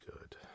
good